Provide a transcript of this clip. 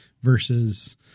versus